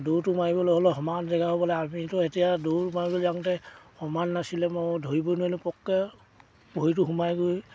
দৌৰটো মাৰিবলৈ হ'লে সমান জেগা হ'ব লাগে আমিতো এতিয়া দৌৰ মাৰিবলৈ যাওঁতে সমান নাছিলে মই ধৰিবই নোৱাৰিলোঁ পটকৈ ভৰিটো সোমাই গৈ